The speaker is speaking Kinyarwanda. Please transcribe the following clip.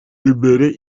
imbere